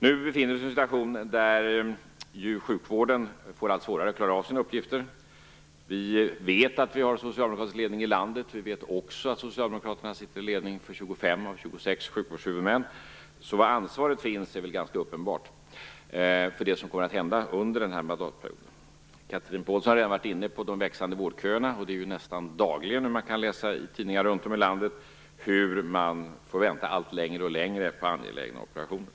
Vi befinner oss nu i en situation där sjukvården får allt svårare att klara av sina uppgifter. Vi vet att vi har en socialdemokratisk ledning i landet och att socialdemokraterna sitter i ledning för 25 av 26 sjukvårdshuvudmän. Så var ansvaret ligger för det som kommer att hända under mandatperioden är väl ganska uppenbart. Chatrine Pålsson har redan varit inne på frågan om de växande köerna, och vi kan nästan dagligen vi läsa i tidningar runt om i landet om hur man får vänta allt längre på angelägna operationer.